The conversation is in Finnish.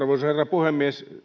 puhemies